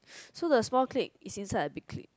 so the small clip is inside the big clip